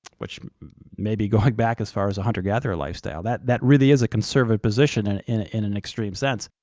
which may be going back as far as a hunter-gatherer lifestyle. that that really is a conservative position and in in an extreme sense.